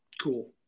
Cool